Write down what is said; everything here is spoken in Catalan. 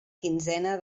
quinzena